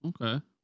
okay